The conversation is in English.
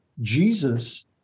Jesus